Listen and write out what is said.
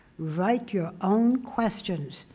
write your own questions.